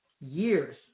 years